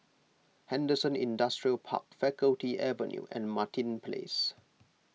Henderson Industrial Park Faculty Avenue and Martin Place